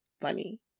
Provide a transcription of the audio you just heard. Funny